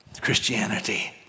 Christianity